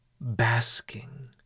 basking